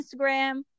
Instagram